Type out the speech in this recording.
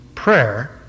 prayer